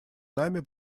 нами